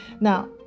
Now